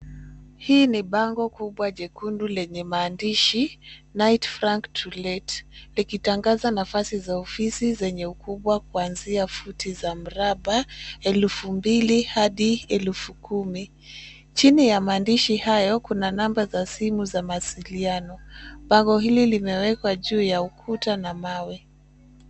Hii ni bango kubwa jekundu lenye maandishi Knight Frank To Let ,likitangaza nafasi za ofisi zenye ukubwa kwanzia futi za mraba elfu mbili hadi elfu kumi. Chini ya maandishi hayo kuna namba za simu za mawasiliano. Bango hili limewekwa juu ya ukuta wa mawe.